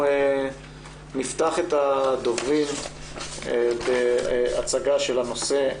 נפתח את רשימת הדוברים בהצגה של הנושא.